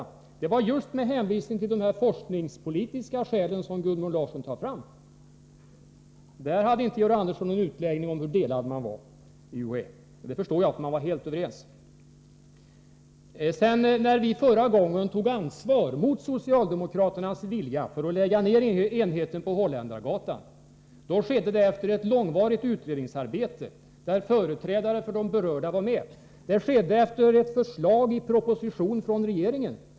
Skälen var nämligen av forskningspolitiskt slag, vilket också Gudmund Larsson redovisar i sin artikel. På den punkten kunde alltså inte Georg Andersson påvisa att man inom UHÄ hade några delade meningar. När vi förra gången mot socialdemokraternas vilja tog ansvar för att lägga ned enheten på Holländargatan här i Stockholm, skedde det efter ett långt utredningsarbete i vilket företrädare för berörda parter hade deltagit. Nedläggningen kom till stånd på förslag av regeringen.